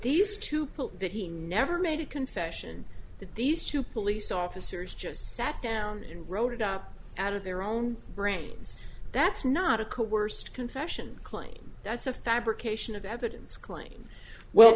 these two people that he never made a confession that these two police officers just sat down and wrote it up out of their own brains that's not a code worst confession claim that's a fabrication of evidence claiming well